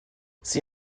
sie